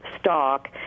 stock